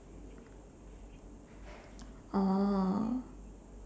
oh